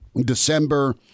December